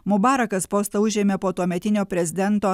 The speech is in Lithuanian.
mubarakas postą užėmė po tuometinio prezidento